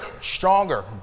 stronger